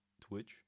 Twitch